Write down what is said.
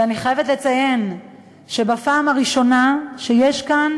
ואני חייבת לציין שזו הפעם הראשונה שיש כאן